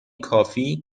کافی